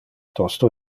tosto